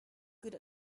good